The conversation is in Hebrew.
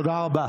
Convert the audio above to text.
תודה רבה.